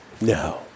No